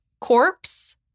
corpse